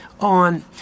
on